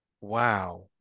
wow